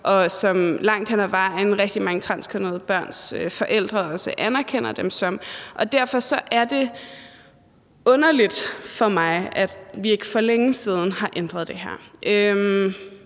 sig som, og som rigtig mange transkønnede børns forældre langt hen ad vejen anerkender dem som. Derfor er det underligt for mig, at vi ikke for længe siden har ændret det her.